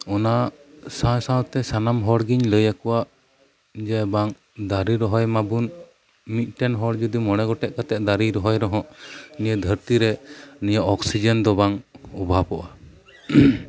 ᱚᱱᱟ ᱥᱟᱶ ᱥᱟᱶᱛᱮ ᱥᱟᱱᱟᱢ ᱦᱚᱲ ᱜᱮᱧ ᱞᱟᱹᱭ ᱟᱠᱣᱟ ᱡᱮ ᱵᱟᱝ ᱫᱟᱨᱮ ᱨᱚᱦᱚᱭ ᱢᱟᱵᱚᱱ ᱢᱤᱫ ᱴᱮᱱ ᱦᱚᱲ ᱡᱩᱫᱤ ᱢᱚᱬᱮ ᱜᱚᱴᱮᱱ ᱠᱟᱛᱮᱫ ᱫᱟᱨᱮ ᱨᱚᱦᱚᱭ ᱨᱮᱦᱚᱸ ᱱᱤᱭᱟᱹ ᱫᱷᱟᱹᱨᱛᱤ ᱨᱮ ᱱᱤᱭᱟᱹ ᱚᱠᱥᱤᱡᱮᱱ ᱫᱚ ᱵᱟᱝ ᱚᱵᱷᱟᱵᱚᱜᱼᱟ